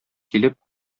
килеп